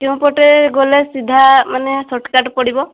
କେଉଁ ପଟେ ଗଲେ ସିଧା ମାନେ ସଟ୍କାଟ୍ ପଡ଼ିବ